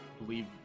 believe